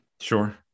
Sure